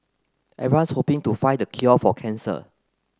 everyone's hoping to find the cure for cancer